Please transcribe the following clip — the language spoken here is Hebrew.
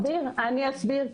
אני אסביר,